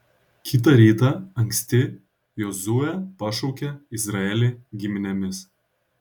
kitą rytą anksti jozuė pašaukė izraelį giminėmis